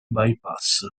bypass